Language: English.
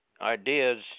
ideas